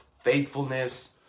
faithfulness